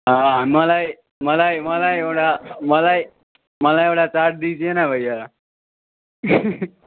मलाई मलाई मलाई एउटा मलाई मलाई एउटा चाट दिजिए ना भैया